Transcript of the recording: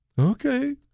Okay